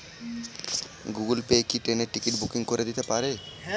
Google Pay কি ট্রেনের ticket booking করে দিতে পারে?